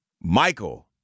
Michael